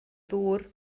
ddŵr